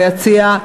ביציע,